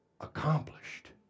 accomplished